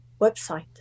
website